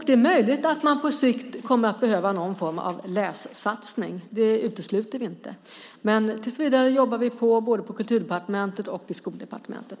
Det är möjligt att man på sikt kommer att behöva någon form av lässatsning. Det utesluter vi inte. Men tills vidare jobbar vi med frågan både på Kulturdepartementet och i Utbildningsdepartementet.